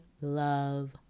love